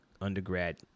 undergrad